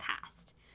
past